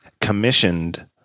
commissioned